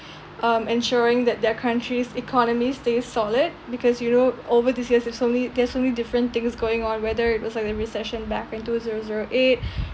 um ensuring that their countries' economies stay solid because you know over these years there's so many there's so many different things going on whether it was like a recession back in two zero zero eight